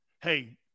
hey